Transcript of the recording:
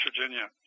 Virginia